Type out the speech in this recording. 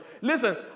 listen